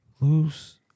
Loose